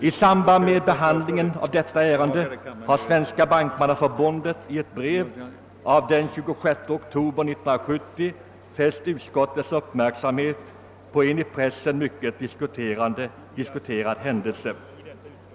I samband med behandlingen av detta ärende har Svenska bankmannaförbundet i ett brev av den 26 oktober 1970 fäst utskottets uppmärksamhet på en i pressen mycket diskuterad händelse.